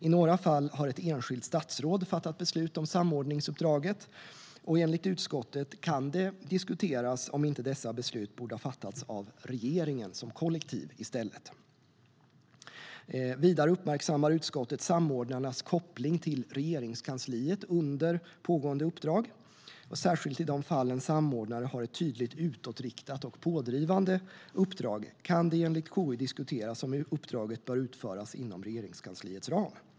I några fall har ett enskilt statsråd fattat beslut om samordningsuppdraget, och enligt utskottet kan det diskuteras om inte dessa beslut i stället borde ha fattats av regeringen som kollektiv. Vidare uppmärksammar utskottet samordnarnas koppling till Regeringskansliet under pågående uppdrag. Särskilt i de fall en samordnare har ett tydligt utåtriktat och pådrivande uppdrag kan det enligt KU diskuteras om uppdraget bör utföras inom Regeringskansliets ram.